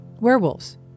Werewolves